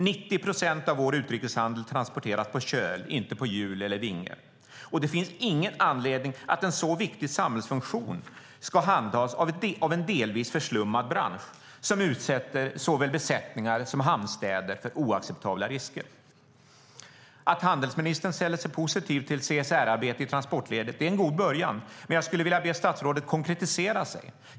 90 procent av vår utrikeshandel transporteras på köl, inte på hjul eller vinge, och det finns ingen anledning till att en så viktig samhällsfunktion ska handhas av en delvis förslummad bransch som utsätter såväl besättningar som hamnstäder för oacceptabla risker. Att handelsministern ställer sig positiv till CSR-arbete i transportledet är en god början. Men jag skulle vilja be statsrådet att konkretisera detta.